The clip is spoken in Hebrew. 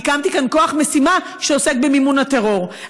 הקמתי כאן כוח משימה שעוסק במימון הטרור,